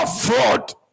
fraud